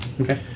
Okay